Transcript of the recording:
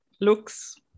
looks